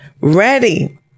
ready